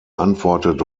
antwortet